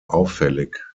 auffällig